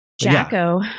Jacko